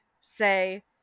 say